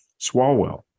Swalwell